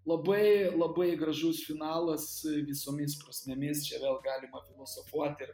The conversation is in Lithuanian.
labai labai gražus finalas visomis prasmėmis čia vėl galima filosofuot ir